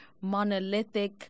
monolithic